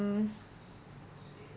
um